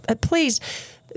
Please